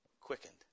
quickened